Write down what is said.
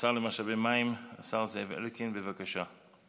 השר למשאבי מים, השר זאב אלקין, בבקשה.